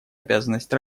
обязанность